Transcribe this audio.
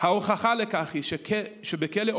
ההוכחה לכך היא שבכלא אופק,